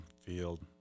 field